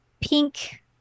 pink